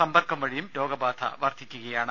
സമ്പർക്കം വഴിയും രോഗബാധ വർധിക്കുകയാണ്